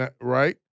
right